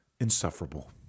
insufferable